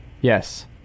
Yes